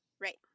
Right